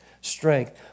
strength